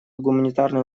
гуманитарные